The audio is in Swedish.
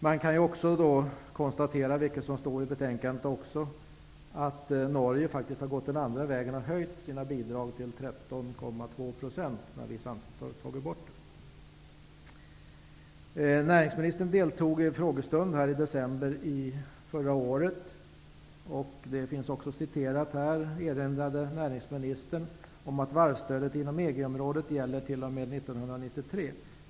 Man kan också konstatera, vilket står i betänkandet, att Norge har gått den andra vägen och höjt sina bidrag till 13,2 %, samtidigt som vi har tagit bort dem. Näringsministern deltog i en frågestund här i december förra året, vilket omnämns i betänkandet: ''I sitt svar erinrade näringsministern om att varvsstödet inom EG-området gäller t.o.m. år 1993.